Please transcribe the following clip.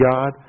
God